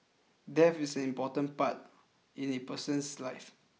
death is an important part in a person's life